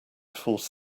force